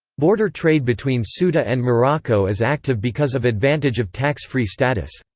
border trade between so ceuta and morocco is active because of advantage of tax-free status.